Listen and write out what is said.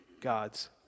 God's